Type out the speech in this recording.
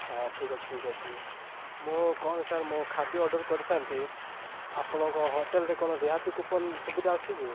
ହଁ ଠିକ୍ ଅଛି ଠିକ୍ ଅଛି ମୁଁ କ'ଣ ସାର୍ ମୁଁ ଖାଦ୍ୟ ଅର୍ଡ଼ର କରିଥାନ୍ତି ଆପଣଙ୍କ ହୋଟେଲ୍ରେ କ'ଣ ରିହାତି କୁପନ୍ ସୁବିଧା ଅଛି କି